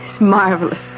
Marvelous